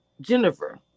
Jennifer